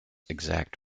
exact